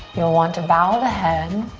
you'll want to bow the head.